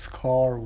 car